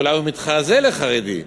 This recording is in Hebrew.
אולי הוא מתחזה לחרדי,